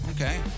Okay